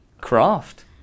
Craft